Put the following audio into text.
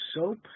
Soap